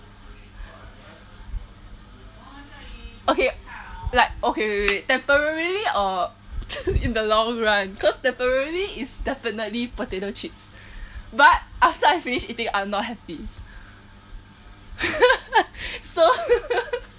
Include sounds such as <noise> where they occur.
okay like okay wait wait wait <noise> temporarily or <laughs> in the long run cause temporarily is definitely potato chips but after I finish eating I'm not happy <laughs> so